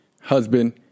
husband